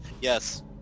Yes